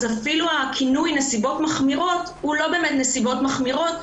אז אפילו הכינוי 'נסיבות מחמירות' הוא לא באמת נסיבות מחמירות,